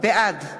בעד